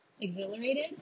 Exhilarated